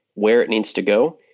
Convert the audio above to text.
where it needs to go,